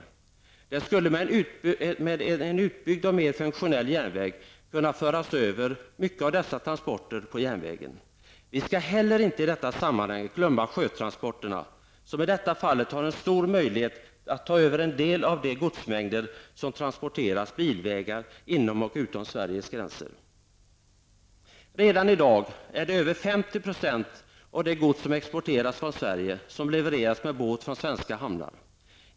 Många av dessa transporter skulle med en utbyggd och mer funktionell järnväg kunna föras över på järnvägen. Vi skall inte heller i detta sammanhang glömma sjötransporterna som i detta fall har stora möjligheter att ta över en del av de godsmängder som transporteras bilvägen inom och utom Sveriges gränser. Redan i dag är det över 50 % av det gods som exporteras från Sverige som levereras med båt från svenska hamnar.